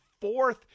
fourth